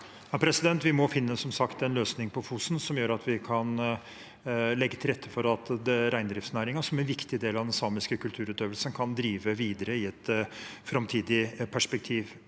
Vi må som sagt finne en løsning på Fosen som gjør at vi kan legge til rette for at reindriftsnæringen, som er en viktig del av den samiske kulturutøvelsen, kan drive videre i et framtidig perspektiv.